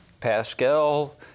Pascal